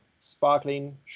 sparkling